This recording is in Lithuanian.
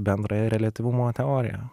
bendrąją reliatyvumo teoriją